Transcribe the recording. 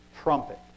trumpet